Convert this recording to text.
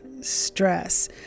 stress